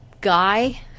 guy